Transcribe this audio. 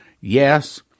Yes